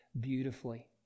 beautifully